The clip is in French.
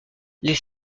les